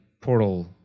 portal